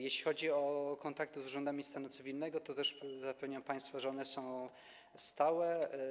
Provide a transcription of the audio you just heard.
Jeśli chodzi o kontakty z urzędami stanu cywilnego, to też zapewniam państwa, że one są stałe.